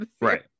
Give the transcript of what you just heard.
Right